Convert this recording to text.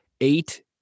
eight